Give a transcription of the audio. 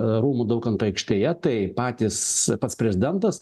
rūmų daukanto aikštėje tai patys pats prezidentas